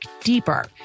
deeper